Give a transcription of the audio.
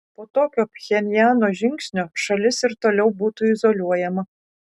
po tokio pchenjano žingsnio šalis ir toliau būtų izoliuojama